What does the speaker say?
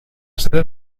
sede